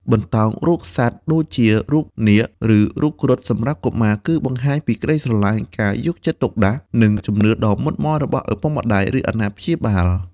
បន្តោងរូបសត្វដូចជារូបនាគ ឬរូបគ្រុឌសម្រាប់កុមារ គឺបង្ហាញពីសេចក្តីស្រឡាញ់ ការយកចិត្តទុកដាក់ និងជំនឿដ៏មុតមាំរបស់ឪពុកម្តាយ ឬអាណាព្យាបាល។